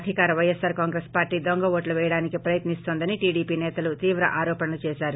అధికార YSR Congress party దొంగఓట్లు వేయడానికి ప్రయత్ని స్తోందని టీడీపీ నేతలు తీవ్ర ఆరోపణలు చేశారు